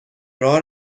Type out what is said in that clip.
راه